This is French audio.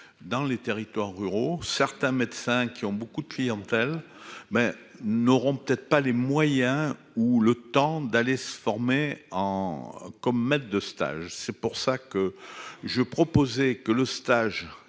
Dans les territoires ruraux, certains médecins qui ont beaucoup de clientèle mais n'auront peut-être pas les moyens ou le temps d'aller se former en comme maître de stage. C'est pour ça que je proposais que le stage